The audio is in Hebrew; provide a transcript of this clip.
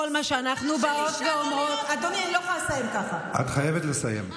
את חייבת לסיים.